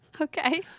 okay